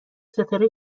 ستاره